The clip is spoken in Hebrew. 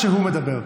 כשהוא מדבר.